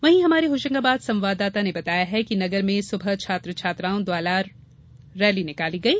वहीं हमारे होशंगाबाद संवाददाता ने बताया है कि नगर में सुबह छात्र छात्राओं द्वारा रैली निकाली गई